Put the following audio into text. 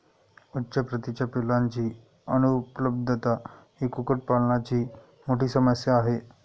उच्च प्रतीच्या पिलांची अनुपलब्धता ही कुक्कुटपालनाची मोठी समस्या आहे